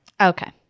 Okay